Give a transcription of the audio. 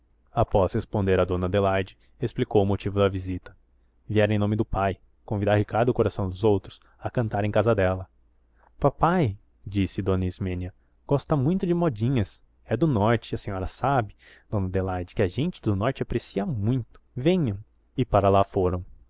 após responder a dona adelaide explicou o motivo da visita viera em nome do pai convidar ricardo coração dos outros a cantar em casa dela papai disse dona ismênia gosta muito de modinhas é do norte a senhora sabe dona adelaide que a gente do norte aprecia muito venham e para lá foram